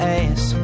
ass